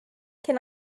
can